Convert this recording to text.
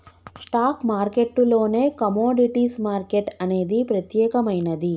stock మార్కెట్టులోనే commodities market అనేది ప్రత్యేకమైనది